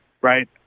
right